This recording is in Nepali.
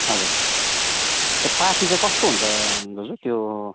हजुर त्यो पाथी चाहिँ कस्तो हुन्छ दाजु त्यो